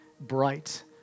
bright